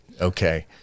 Okay